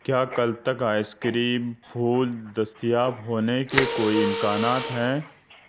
کیا کل تک آئس کریم پھول دستیاب ہونے کے کوئی امکانات ہیں